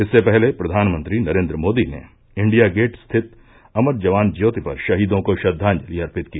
इससे पहले प्रधानमंत्री नरेन्द्र मोदी ने इण्डिया गेट स्थित अमर जवान ज्योति पर शहीदों को श्रद्वांजलि अर्पित की